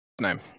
name